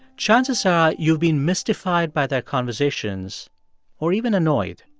chances are you'll be mystified by their conversations or even annoyed.